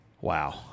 wow